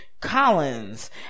Collins